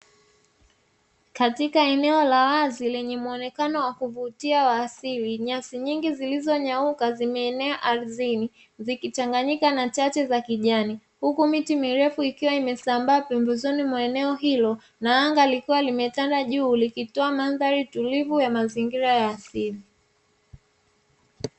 Katika eneo la wazi lenye muonekano wa kuvutia wa asili nyasi nyingi zilizonyauka zimeenea ardhini zikichanganyika na chache za kijani huku miti mirefu ikiwa imesambaa pembezoni mwa eneo hilo. Na anga lilikuwa limetanda juu likitoa mandhari tulivyo ya mazingira ya asili.